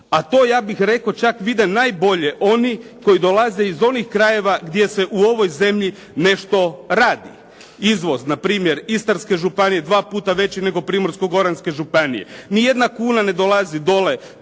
a to ja bih rekao čak vide najbolje oni koji dolaze iz onih krajeva gdje se u ovoj zemlji nešto radi. Izvoz npr. Istarske županije dva puta veći nego Primorsko-goranske županije. Nijedna kuna ne dolazi dole